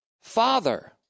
father